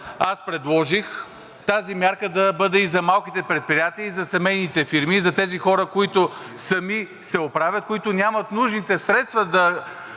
аз предложих тази мярка да бъде и за малките предприятия, и за семейните фирми, за тези хора, които сами се оправят, които нямат нужните средства да